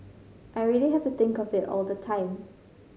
I really have to think of it all the time